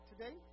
today